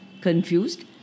confused